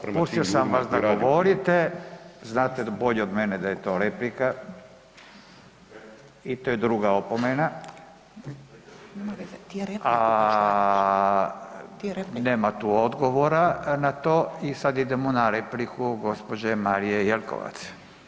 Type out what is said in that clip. Pustio sam vas da govorite, znate bolje od mene da je to replika i to je druga opomena, a nema tu odgovora na to i sad idemo na repliku gospođe Marije Jeklovac.